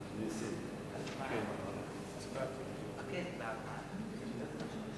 ההצעה להעביר את הנושא